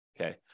Okay